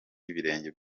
y’ibirenge